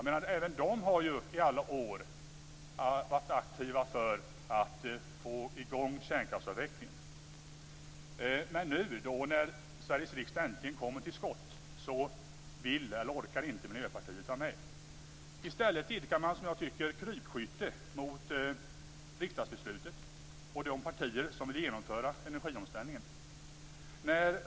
Miljöpartiet har ju under alla år aktivt verkat för att få i gång kärnkraftsavvecklingen, men när Sveriges riksdag nu äntligen kommer till skott, vill eller orkar inte Miljöpartiet vara med. I stället idkar man, som jag tycker, krypskytte mot riksdagsbeslutet och de partier som vill genomföra energiomställningen.